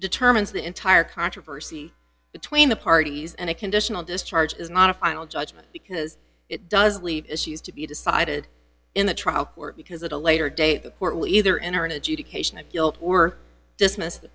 determines the entire controversy between the parties and a conditional discharge is not a final judgment because it does leave issues to be decided in the trial court because at a later date the court will either enter an adjudication of guilt were dismissed the